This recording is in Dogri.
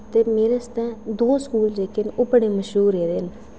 ते मेरे आस्तै दो स्कूल जेह्के न ओह् बड़े मश्हूर रेह्दे न